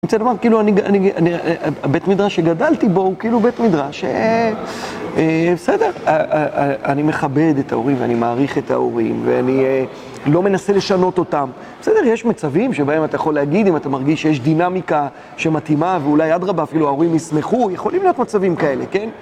אני רוצה לומר, בית מדרש שגדלתי בו הוא כאילו בית מדרש ש... בסדר, אני מכבד את ההורים ואני מעריך את ההורים ואני לא מנסה לשנות אותם בסדר, יש מצבים שבהם אתה יכול להגיד אם אתה מרגיש שיש דינמיקה שמתאימה ואולי עד רבה אפילו ההורים יסמכו, יכולים להיות מצבים כאלה כן?!